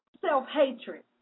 Self-hatred